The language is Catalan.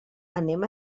anem